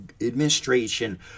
administration